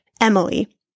Emily